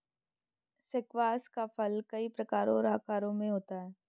squash का फल कई प्रकारों और आकारों में होता है